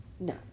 No